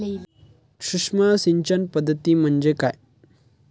सूक्ष्म सिंचन पद्धती म्हणजे काय?